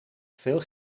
veel